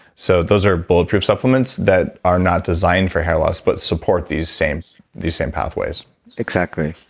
so those are bulletproof supplements that are not designed for hair loss but support these same so these same pathways exactly,